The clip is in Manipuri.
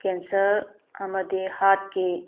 ꯀꯦꯟꯁꯔ ꯑꯃꯗꯤ ꯍꯥꯔꯠꯀꯤ